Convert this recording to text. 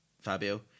Fabio